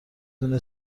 دونه